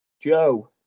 Joe